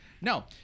No